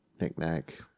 knickknack